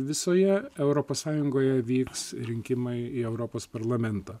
visoje europos sąjungoje vyks rinkimai į europos parlamentą